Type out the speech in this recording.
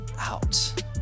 out